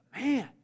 man